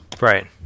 Right